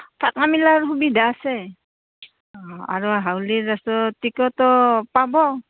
থকা মেলাৰ সুবিধা আছে অঁ আৰু হাউলীৰ ৰাসৰ টিকটো পাব